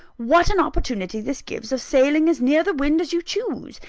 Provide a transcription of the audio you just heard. what an opportunity this gives of sailing as near the wind as you choose,